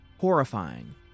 horrifying